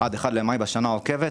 עד אחד במאי בשנה העוקבת,